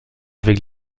avec